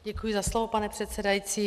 Děkuji za slovo, pane předsedající.